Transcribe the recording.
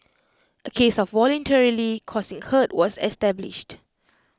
A case of voluntarily causing hurt was established